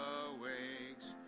awakes